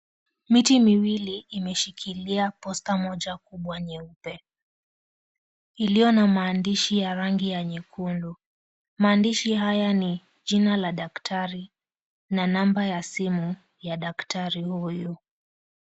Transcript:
Miti miwili imeshikilia posta moja kubwa nyeupe iliyo na maandishi ya rangi ya nyekundu, maandishi haya ni jina la daktari na namba ya simu ya daktari huyu.